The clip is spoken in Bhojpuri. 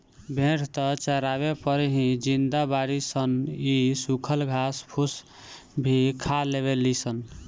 भेड़ त चारवे पर ही जिंदा बाड़ी सन इ सुखल घास फूस भी खा लेवे ली सन